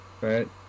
Right